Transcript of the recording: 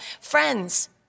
Friends